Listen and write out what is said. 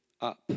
up